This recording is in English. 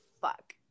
Fuck